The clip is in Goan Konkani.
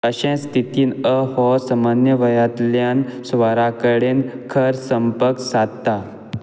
अशें स्थितींत अ हो समन्यवयांतल्यान स्वरा कडेन खर संपर्क सादता